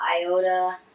iota